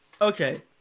Okay